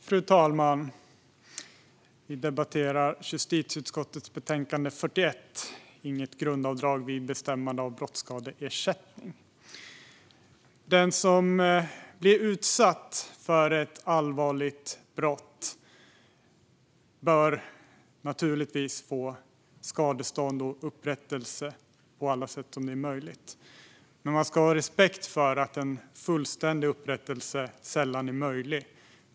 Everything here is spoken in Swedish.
Fru talman! Vi debatterar justitieutskottets betänkande nr 41, Inget grundavdrag vid bestämmande av brottsskadeersättning . Den som blir utsatt för ett allvarligt brott bör naturligtvis få skadestånd och upprättelse på alla sätt som är möjliga. Men man ska ha respekt för att en fullständig upprättelse sällan är möjlig.